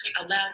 allow